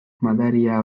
madaria